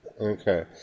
Okay